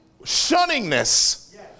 shunningness